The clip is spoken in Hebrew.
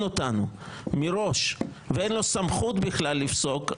אותנו מראש ואין לו סמכות בכלל לפסוק,